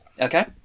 Okay